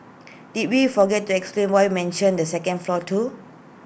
did we forget to explain why mentioned the second floor too